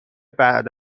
بعد